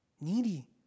needy